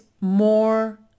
more